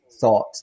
thought